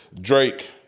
Drake